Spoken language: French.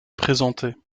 présenter